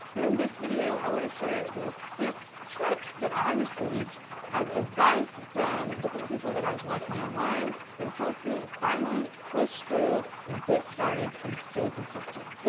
and in this video, i wanna share the six tips that i received of advice from different people that i was watching online, that helped me finally push through and get started and stay consistent.